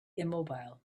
immobile